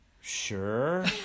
Sure